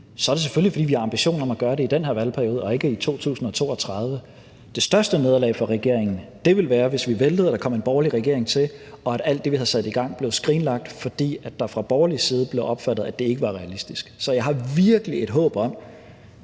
er det selvfølgelig, fordi vi har ambitioner om at gøre det i den her valgperiode og ikke i 2032. Det største nederlag for regeringen ville være, hvis vi væltede og der kom en borgerlig regering til, og at alt det, vi havde sat i gang, blev skrinlagt, fordi det fra borgerlig side blev opfattet sådan, at det ikke var realistisk. Så jeg har virkelig et håb om